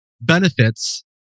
benefits